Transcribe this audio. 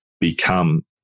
become